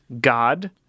God